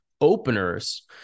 openers